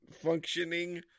functioning